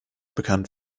bekannt